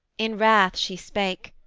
in wrath she spake.